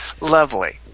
Lovely